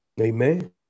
Amen